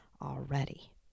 already